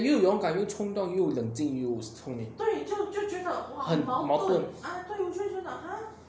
这边又勇敢又冲动又冷静又聪明很矛盾